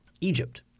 Egypt